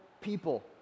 people